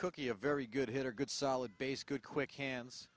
kookie a very good hitter good solid base good quick hands